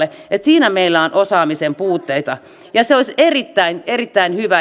että siinä meillä on osaamisen puutteita ja se olisi erittäin hyvä